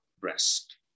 rest